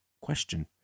question